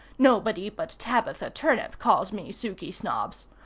nobody but tabitha turnip calls me suky snobbs.